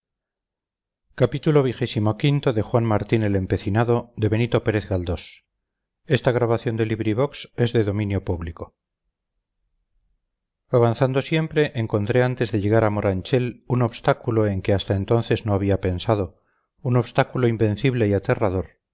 avanzando siempre encontré antes de llegar a moranchel un obstáculo en que hasta entonces no había pensado un obstáculo invencible y aterrador